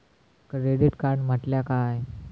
Credit card म्हटल्या काय?